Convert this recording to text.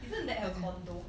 isn't that her condo